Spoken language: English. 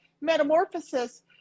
*Metamorphosis*